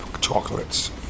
chocolates